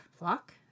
Flock